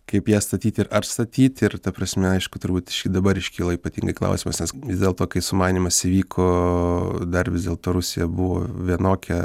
kaip ją statyti ir ar statyti ir ta prasme aišku turbūt šį dabar iškyla ypatingai klausimas nes vis dėlto kai sumanymas įvyko dar vis dėlto rusija buvo vienokia